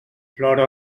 plora